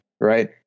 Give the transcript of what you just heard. right